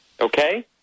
Okay